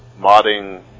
modding